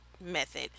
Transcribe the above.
method